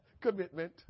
commitment